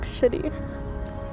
shitty